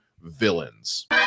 villains